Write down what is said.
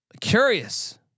curious